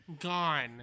Gone